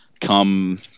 come